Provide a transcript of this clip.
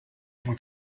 vous